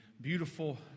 Beautiful